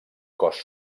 cos